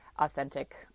authentic